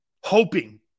hoping